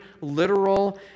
literal